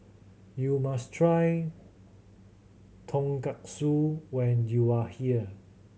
you must try Tonkatsu when you are here